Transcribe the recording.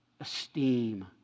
Esteem